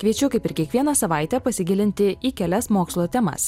kviečiu kaip ir kiekvieną savaitę pasigilinti į kelias mokslo temas